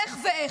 איך ואיך.